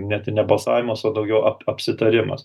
net ne balsavimas o daugiau ap apsitarimas